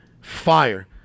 fire